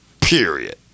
Period